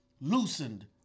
loosened